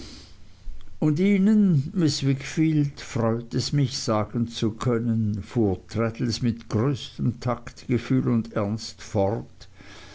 und ihnen miß wickfield freut es mich sagen zu können fuhr traddles mit größtem taktgefühl und ernst fort